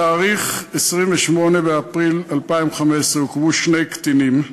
בתאריך 28 באפריל 2015 עוכבו שני קטינים,